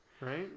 Right